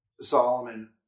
Solomon